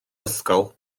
ysgol